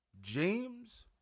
James